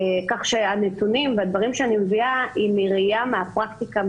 כך שהנתונים הדברים שאני מביאה הם בראייה מהפרקטיקה,